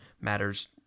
matters